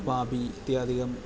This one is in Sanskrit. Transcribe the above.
वापि इत्यादिकं